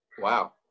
wow